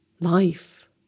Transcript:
life